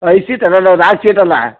ಐದು ಸೀಟ್ ಅಲ್ಲ ನಾವು ನಾಲ್ಕು ಸೀಟ್ ಅಲ್ವಾ